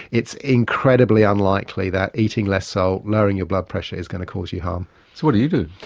it's incredibly unlikely that eating less salt, lowering your blood pressure is going to cause you harm. so what do you do?